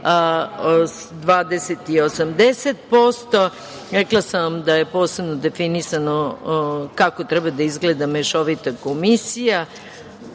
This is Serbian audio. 20% i 80%. Rekla sam vam da je posebno definisano kako treba da izgleda mešovita komisija.